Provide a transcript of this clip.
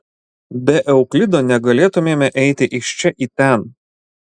be euklido negalėtumėme eiti iš čia į ten